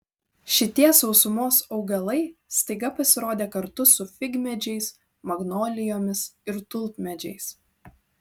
šitie sausumos augalai staiga pasirodė kartu su figmedžiais magnolijomis ir tulpmedžiais